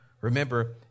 Remember